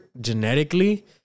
genetically